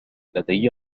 لدي